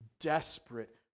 desperate